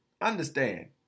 understand